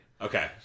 Okay